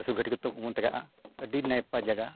ᱟᱹᱥᱩᱨ ᱜᱷᱟᱹᱴᱤ ᱟᱹᱰᱤ ᱱᱟᱭ ᱱᱟᱯᱟᱭ ᱡᱟᱭᱜᱟ